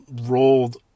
rolled